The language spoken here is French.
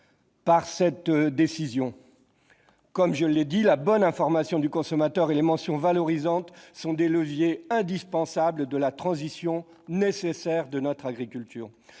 -par cette décision. Comme je l'ai dit, la bonne information du consommateur et les mentions valorisantes sont des leviers indispensables de la transition de notre agriculture.